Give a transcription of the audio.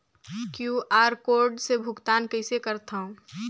QR code से भुगतान कइसे करथव?